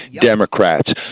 Democrats